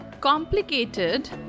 Complicated